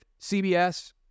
CBS